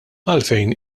għalfejn